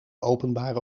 openbare